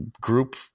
group